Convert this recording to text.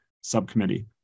Subcommittee